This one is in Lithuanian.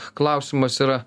klausimas yra